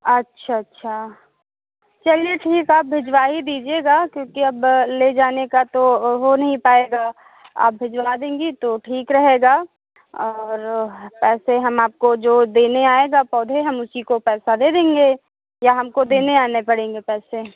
आच्छा अच्छा चलिए ठीक आप भेजवा ही दीजिएगा क्योंकि अब ले जाने का तो वो हो नहीं पाएगा आप भेजवा देंगी तो ठीक रहेगा और पैसे हम आपको जो देने आएगा पौधे हम उसी को पैसा दे देंगे या हमको देने आने पड़ेंगे पैसे